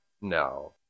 No